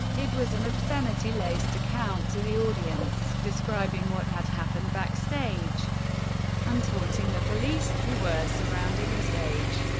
it was an obscenity-laced account to the audience, describing what had happened backstage and taunting the police, who were surrounding the stage.